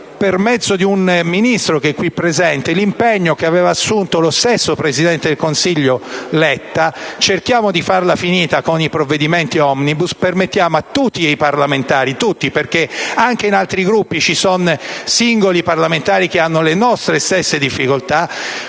per mezzo di un Ministro - che è qui presente - l'impegno che aveva assunto lo stesso presidente del Consiglio Letta: cerchiamo di farla finita con i provvedimenti *omnibus*. Permettiamo a tutti i senatori, a tutti i parlamentari - perché anche in altri Gruppi ci sono singoli parlamentari che hanno le nostre stesse difficoltà